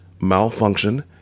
malfunction